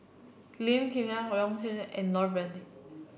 Lim Hng Kiang Yong Nyuk Lin and Lloyd Valberg